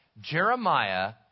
Jeremiah